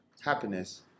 happiness